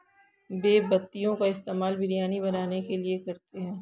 बे पत्तियों का इस्तेमाल बिरयानी बनाने के लिए करते हैं